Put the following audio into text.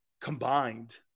combined